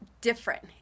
different